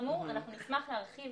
נשמח להרחיב